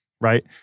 right